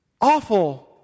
Awful